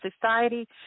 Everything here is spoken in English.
society